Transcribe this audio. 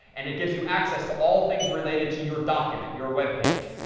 and it gives you access to all things related to your document, your web page.